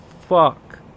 fuck